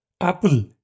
Apple